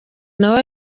nawe